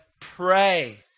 pray